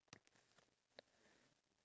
we can buy it at geylang [what]